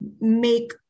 make